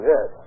Yes